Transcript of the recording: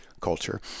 culture